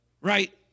right